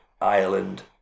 Ireland